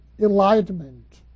enlightenment